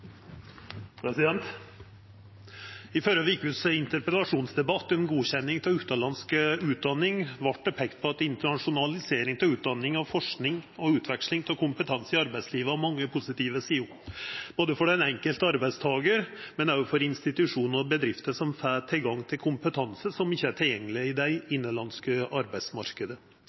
I interpellasjonsdebatten førre veka om godkjenning av utanlandsk utdanning vart det peikt på at internasjonalisering av utdanning og forsking og utveksling av kompetanse i arbeidslivet har mange positive sider, både for den enkelte arbeidstakar og for institusjonar og bedrifter som får tilgang til kompetanse som ikkje er tilgjengeleg i den innanlandske